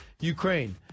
Ukraine